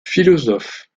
philosophes